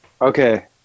Okay